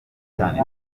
cyane